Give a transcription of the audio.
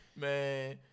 Man